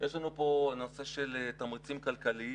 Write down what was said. יש לנו פה נושא של תמריצים כלכליים.